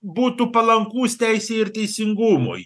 būtų palankus teisei ir teisingumui